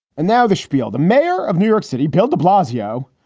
and now the spiel the mayor of new york city, bill de blasio,